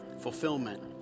fulfillment